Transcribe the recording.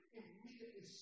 immediately